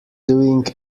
doing